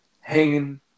hanging